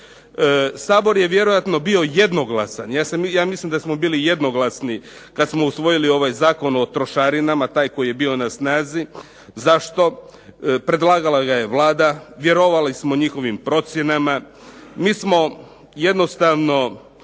Sabor je vjerojatno bio jednoglasan, ja mislim da smo bili jednoglasni kada smo usvojili ovaj Zakon o trošarinama, taj koji je bio na snazi, zašto, predlagala ga je Vlada, vjerovali smo njihovim procjenama, mi smo jednostavno